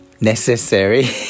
necessary